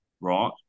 right